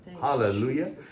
Hallelujah